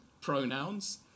pronouns